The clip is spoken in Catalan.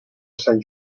sant